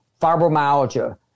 fibromyalgia